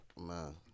Man